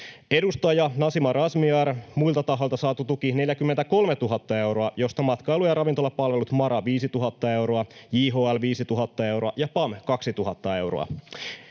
Edustaja Nasima Razmyar: muilta tahoilta saatu tuki 43 000 euroa, josta Matkailu- ja Ravintolapalvelut MaRa 5 000 euroa, JHL 5 000 euroa ja PAM 2 000 euroa.